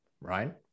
right